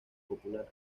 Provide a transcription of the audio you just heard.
popular